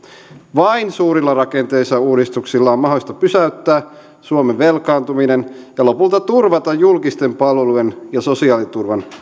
vain suurilla rakenteellisilla uudistuksilla on mahdollista pysäyttää suomen velkaantuminen ja lopulta turvata julkisten palvelujen ja sosiaaliturvan